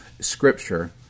scripture